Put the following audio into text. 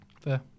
Fair